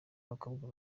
abakobwa